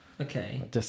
Okay